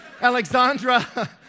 Alexandra